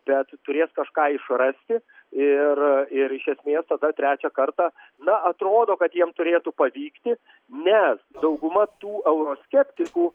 bet turės kažką išrasti ir ir iš esmės tada trečią kartą na atrodo kad jiem turėtų pavykti nes dauguma tų euroskeptikų